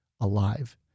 alive